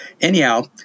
Anyhow